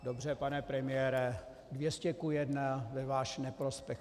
Dobře, pane premiére, 200 ku 1 ve váš neprospěch.